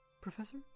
Professor